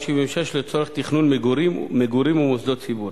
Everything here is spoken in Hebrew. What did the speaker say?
לצורך תכנון מגורים ומוסדות ציבור.